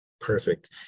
Perfect